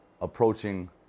approaching